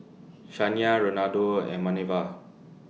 Shania Renaldo and Manerva